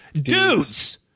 Dudes